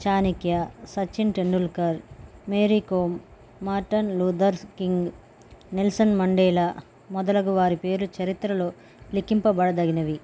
Chanakya Sachin Tendulkar Mary Kom Martin Luther King Nelson Mandela మొదలగు వారి పేర్లు చరిత్రలో లిఖంపబడదగినవి